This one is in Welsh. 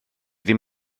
dim